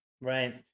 Right